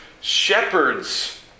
shepherds